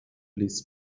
لیس